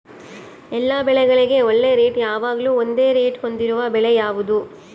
ಎಲ್ಲ ಬೆಳೆಗಳಿಗೆ ಒಳ್ಳೆ ರೇಟ್ ಯಾವಾಗ್ಲೂ ಒಂದೇ ರೇಟ್ ಹೊಂದಿರುವ ಬೆಳೆ ಯಾವುದು?